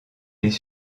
les